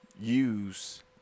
Use